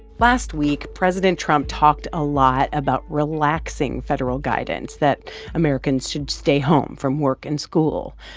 last week, president trump talked a lot about relaxing federal guidance that americans should stay home from work and school.